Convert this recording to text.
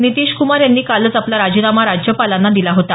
नितीशक्मार यांनी कालच आपला राजीनामा राज्यपालांना दिला होता